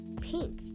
pink